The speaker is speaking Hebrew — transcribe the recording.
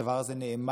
הדבר הזה נאמר.